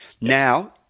Now